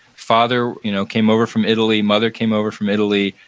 father you know came over from italy, mother came over from italy.